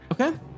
Okay